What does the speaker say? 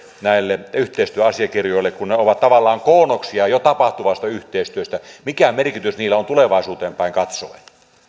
näille yhteistyöasiakirjoille kun ne ovat tavallaan koonnoksia jo tapahtuvasta yhteistyöstä mikä merkitys niillä on tulevaisuuteen päin katsoen